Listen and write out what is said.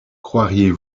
croiriez